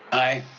aye.